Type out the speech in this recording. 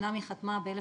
אמנם היא חתמה ב-1995,